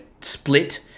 split